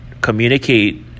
communicate